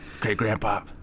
Great-grandpa